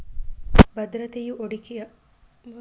ಭದ್ರತೆಯು ಹೂಡಿಕೆಯ ಹೆಚ್ಚು ಸಾಂಪ್ರದಾಯಿಕ ಅಭ್ಯಾಸವಾಗಿದೆ